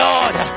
Lord